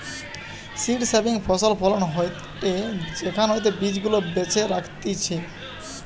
seed saving ফসল ফলন হয়টে সেখান হইতে বীজ গুলা বেছে রাখতিছে